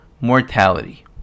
mortality